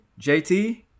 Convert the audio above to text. JT